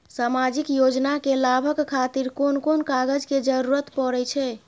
सामाजिक योजना के लाभक खातिर कोन कोन कागज के जरुरत परै छै?